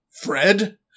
Fred